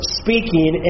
speaking